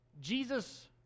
Jesus